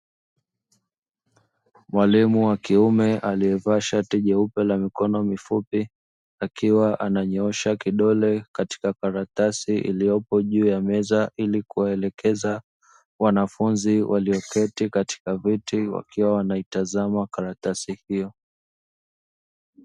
Mwalimu wa kiume aliyevaa shati jeupe la mikono mifupi akiwa ananyoosha kidole katika karatasi, iliyopo juu ya meza ili kuwaelekeza wanafunzi waliyoketi katika viti wakiwa wanaitazama karatasi hiyo.